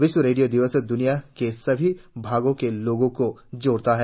विश्व रेडियो दिवस दुनिया के सभी भागों के लोगों को जोड़ता है